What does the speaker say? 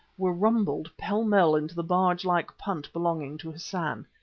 were rumbled pell-mell into the barge-like punt belonging to hassan.